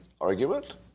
argument